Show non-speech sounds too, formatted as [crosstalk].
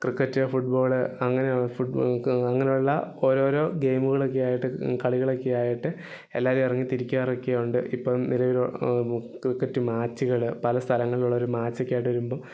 cricket football അങ്ങനെ [unintelligible] അങ്ങനെയുള്ള ഓരോരോ ഗെയിമുകളൊക്കെയായിട്ട് കളികളൊക്കെ ആയിട്ട് എല്ലാവരും ഇറങ്ങിത്തിരിക്കാറൊക്കെയുണ്ട് ഇപ്പം നിലവിൽ ക്രിക്കറ്റ് മാച്ചുകൾ പല സ്ഥലങ്ങളിലുള്ളവർ മാച്ചൊക്കെ ആയിട്ട് വരുമ്പം